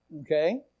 Okay